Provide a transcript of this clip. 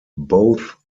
both